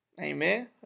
Amen